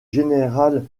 général